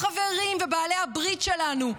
החברים ובעלי הברית שלנו,